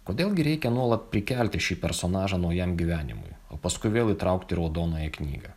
kodėl gi reikia nuolat prikelti šį personažą naujam gyvenimui o paskui vėl įtraukt į raudonąją knygą